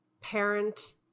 parent